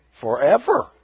Forever